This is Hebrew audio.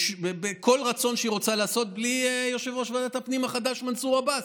בכל רצון שהיא רוצה לעשות בלי יושב-ראש ועדת הפנים החדש מנסור עבאס.